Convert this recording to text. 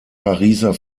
pariser